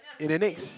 in the next